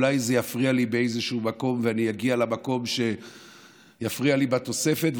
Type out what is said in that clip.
אולי זה יפריע לי באיזשהו מקום ואני אגיע למקום שיפריע לי בתוספת.